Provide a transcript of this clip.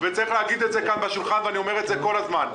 וצריך להגיד את זה כאן בשולחן ואני אומר את זה כל הזמן.